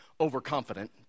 overconfident